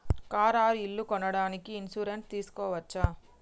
Car or ఇల్లు కొనడానికి insurance తీస్కోవచ్చా?